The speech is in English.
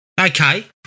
Okay